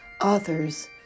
authors